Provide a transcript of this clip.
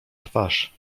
twarz